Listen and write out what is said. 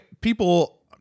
People